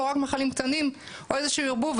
או רק מכלים קטנים או איזה שהוא ערבוב.